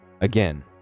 Again